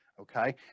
Okay